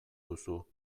duzu